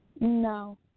No